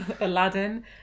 Aladdin